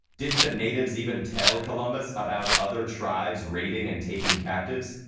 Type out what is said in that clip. didn't the natives even tell columbus about other tribes raiding and taking captives?